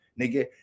nigga